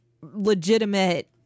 legitimate